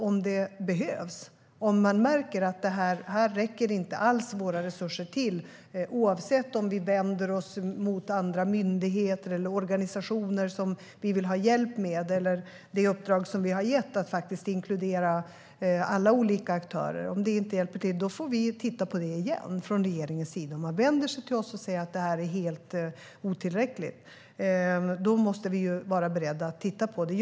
Om man märker att resurserna inte räcker till, oavsett om vi vänder oss mot andra myndigheter eller organisationer som vi vill ha hjälp av eller om det handlar om uppdraget att inkludera alla olika aktörer, då får vi från regeringens sida titta på det igen. Om man vänder sig till oss och säger att resurserna är helt otillräckliga måste vi vara beredda att titta på det.